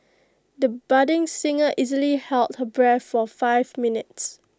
the budding singer easily held her breath for five minutes